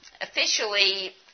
officially